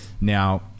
Now